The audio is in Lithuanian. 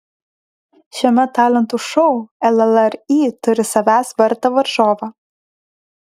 šiame talentų šou llri turi savęs vertą varžovą